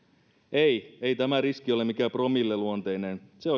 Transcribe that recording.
ei ei tämä riski ole mikään promilleluonteinen se